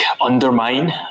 Undermine